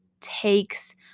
takes